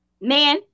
man